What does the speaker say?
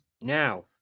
Now